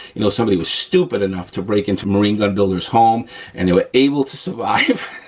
you know, somebody was stupid enough to break into marine gun builder's home and they were able to survive